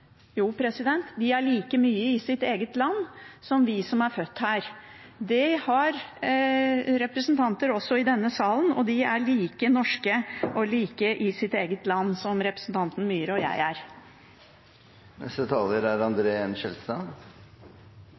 Jo, de er like mye «i sitt eget land» som vi som er født her. De har representanter også i denne salen, og de er like norske og like mye i sitt eget land som representanten Myhre og jeg er.